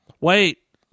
Wait